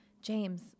James